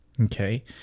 okay